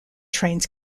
trains